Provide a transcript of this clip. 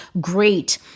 great